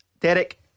Derek